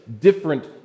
different